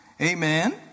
Amen